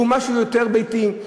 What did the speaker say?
משהו יותר ביתי,